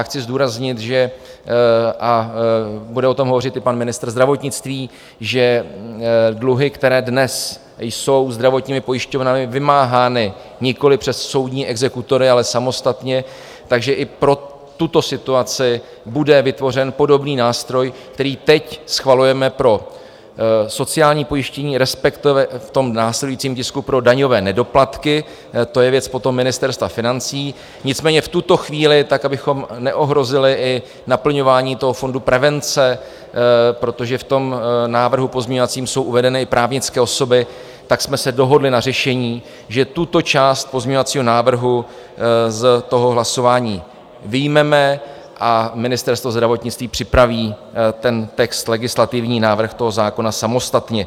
Chci zdůraznit, a bude o tom hovořit i pan ministr zdravotnictví, že dluhy, které dnes jsou zdravotními pojišťovnami vymáhány nikoliv přes soudní exekutory, ale samostatně, že i pro tuto situaci bude vytvořen podobný nástroj, který teď schvalujeme pro sociální pojištění, respektive v následujícím tisku pro daňové nedoplatky, to je věc potom Ministerstva financí, nicméně v tuto chvíli tak, abychom neohrozili i naplňování Fondu prevence, protože v tom pozměňovacím návrhu jsou uvedeny i právnické osoby, jsme se dohodli na řešení, že tuto část pozměňovacího návrhu z hlasování vyjmeme a Ministerstvo zdravotnictví připraví legislativní text, návrh toho zákona, samostatně.